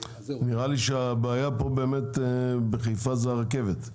נראה לי שהבעיה בחיפה היא ברכבת.